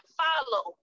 follow